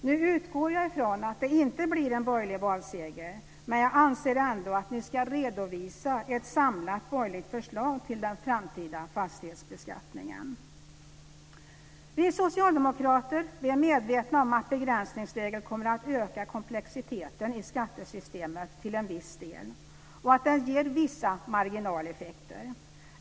Jag utgår ifrån att det inte blir en borgerlig valseger, men jag anser ändå att ni ska redovisa ett samlat borgerligt förslag till den framtida fastighetsbeskattningen. Vi socialdemokrater är medvetna om att begränsningsregeln kommer att öka komplexiteten i skattesystemet till en viss del och att den ger vissa marginaleffekter.